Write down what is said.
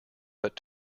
but